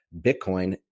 Bitcoin